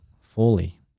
fully